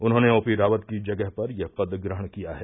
उन्होंने ओपी रावत की जगह पर यह पद ग्रहण किया है